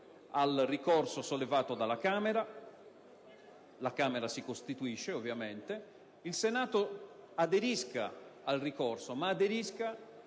al ricorso sollevato dalla Camera (la Camera si costituisce, ovviamente), il Senato aderisca sì al ricorso ma in